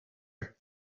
her